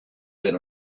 that